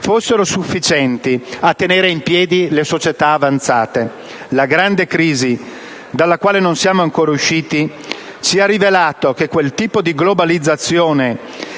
fossero sufficienti a tenere in piedi le società avanzate. La grande crisi dalla quale non siamo ancora usciti ci ha rivelato che quel tipo di globalizzazione,